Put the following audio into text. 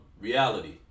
reality